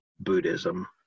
Buddhism